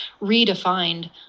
redefined